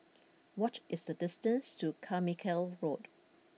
what is the distance to Carmichael Road